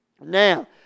Now